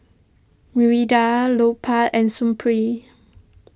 Mirinda Lupark and Supreme